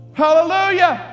hallelujah